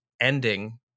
ending